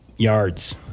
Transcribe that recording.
yards